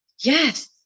yes